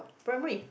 primary